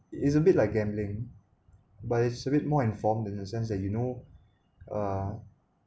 it's a bit like gambling but it's a bit more informed in a sense that you know uh